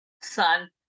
son